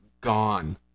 gone